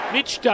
Mitch